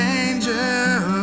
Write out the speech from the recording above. angel